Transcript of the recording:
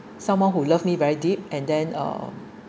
someone who love me very deep and then uh